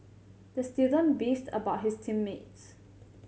the student beefed about his team mates